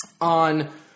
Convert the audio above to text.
on